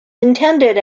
intended